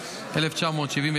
1970,